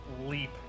leap